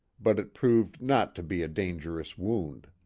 but it proved not to be a dangerous wound.